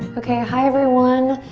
okay, hi everyone.